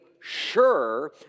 sure